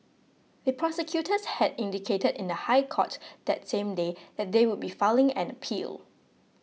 the prosecutors had indicated in the High Court that same day that they would be filing an appeal